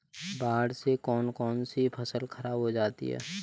बाढ़ से कौन कौन सी फसल खराब हो जाती है?